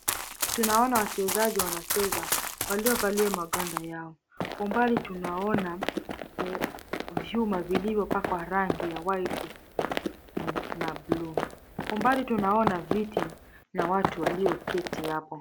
Tunaona wachezaji wanacheza waliovalia magwanda yao. Kwa umbali tunaona vyuma vilivyopakwa rangi ya white na bluu. Kwa mbali tunaona viti na watu walioketi hapo.